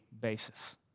basis